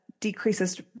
decreases